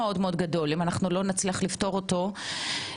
מדינות שונות נוהגות באופן